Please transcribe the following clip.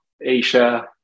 Asia